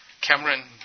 Cameron